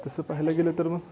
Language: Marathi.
तसं पाह्यला गेलं तर मग